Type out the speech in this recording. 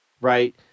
right